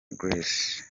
grace